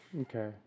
Okay